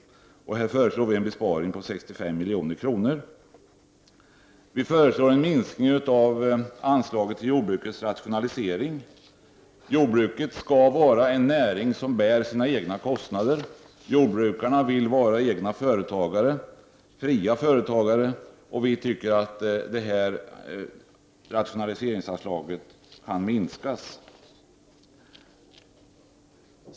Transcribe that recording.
Vi föreslår alltså en besparing om 65 milj.kr. på denna punkt. Vi föreslår också en minskning av anslaget till jordbrukets rationalisering. Jordbruket skall vara en näring som bär sina egna kostnader. Jordbrukarna vill vara egna och fria företagare, och vi tycker att rationaliseringsanslaget därför kan minskas.